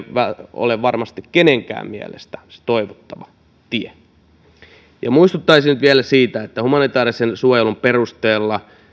ole varmasti kenenkään mielestä se toivottava tie muistuttaisin nyt vielä siitä että humanitäärisen suojelun perusteella